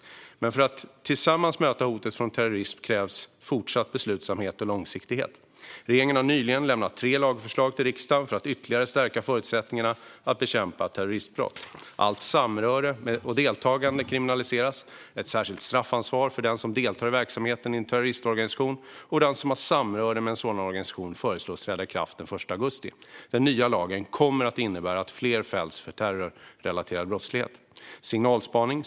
För att tillsammans möta hotet från terrorism krävs fortsatt beslutsamhet och långsiktighet. Regeringen har nyligen lämnat tre lagförslag till riksdagen för att ytterligare stärka förutsättningarna för att bekämpa terroristbrott: Allt samröre och deltagande kriminaliseras. Ett särskilt straffansvar för den som deltar i verksamheten i en terroristorganisation och för den som har samröre med en sådan organisation föreslås träda i kraft den 1 augusti. Den nya lagen kommer att innebära att fler fälls för terrorrelaterad brottslighet. Signalspaning.